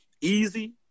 easy